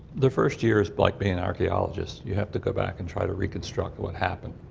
the first year is like being an archeologist, you have to go back and try to reconstruct what happened.